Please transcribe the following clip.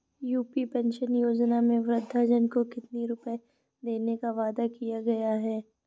UP pension योजना में वृद्धजन को कितनी रूपये देने का वादा किया गया है?